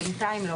בינתיים לא.